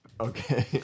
Okay